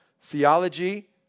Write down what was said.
theology